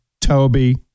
Toby